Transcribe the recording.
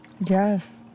Yes